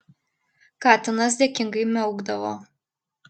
katinas dėkingai miaukdavo